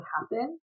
happen